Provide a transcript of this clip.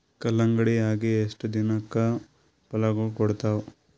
ಕಲ್ಲಂಗಡಿ ಅಗಿ ಎಷ್ಟ ದಿನಕ ಫಲಾಗೋಳ ಕೊಡತಾವ?